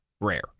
rare